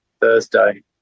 Thursday